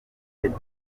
leta